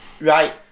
Right